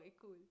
cool